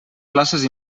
places